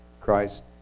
christ